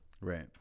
Right